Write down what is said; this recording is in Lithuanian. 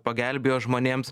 pagelbėjo žmonėms